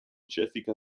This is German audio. jessica